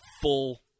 full